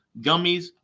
gummies